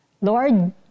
Lord